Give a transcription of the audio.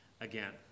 again